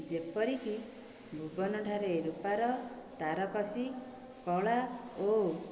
ଯେପରିକି ଭୁବନଠାରେ ରୁପାର ତାରକସି କଳା ଓ